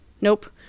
Nope